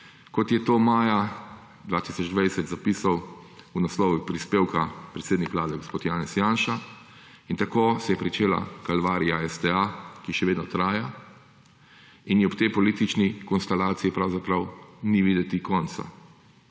kot je to maja 2020 zapisal v naslovu prispevka predsednik vlade gospod Janez Janša in tako se je pričela kalvarija STA, ki še vedno traja in je ob tej politični konstalaciji pravzaprav ni videti konca.